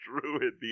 Druid